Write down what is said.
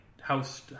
house